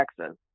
Texas